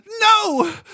No